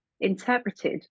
interpreted